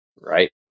Right